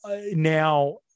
now